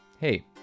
hey